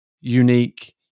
unique